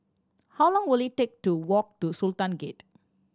how long will it take to walk to Sultan Gate